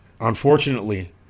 Unfortunately